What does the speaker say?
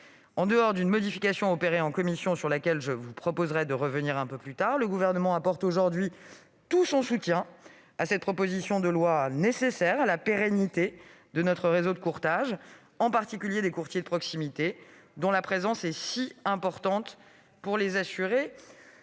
En dehors d'une modification opérée en commission sur laquelle je vous proposerai de revenir un peu plus tard, le Gouvernement apporte aujourd'hui tout son soutien à cette proposition de loi nécessaire à la pérennité de notre réseau de courtage, en particulier des courtiers de proximité, dont la présence est si importante pour les assurés.